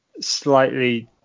slightly